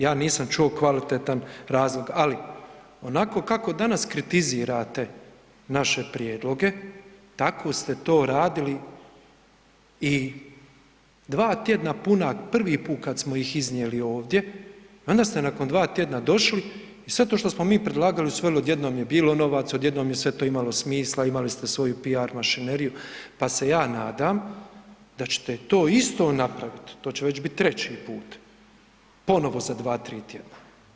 Ja nisam čuo kvalitetan razlog, ali onako kako danas kritizirate naše prijedloge, tako ste to radili i dva tjedna puna prvi put kad smo ih iznijeli ovdje, onda ste nakon dva tjedna došli i sve to što smo mi predlagali sve odjednom je bilo novaca, odjednom je sve to imalo smisla, imali ste svoju PR mašineriju, pa se ja nadam da ćete to isto napravit, to će već bit treći put, ponovno za dva, tri tjedna.